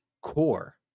core